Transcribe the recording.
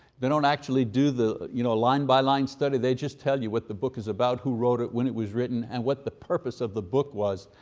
they don't actually do the you know line by line study, they just tell you what the book is about, who wrote it, when it was written, and what the purpose of the book was.